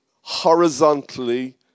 horizontally